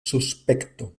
suspekto